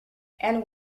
and